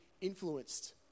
influenced